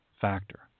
factor